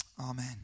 Amen